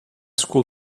school